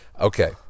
okay